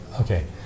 Okay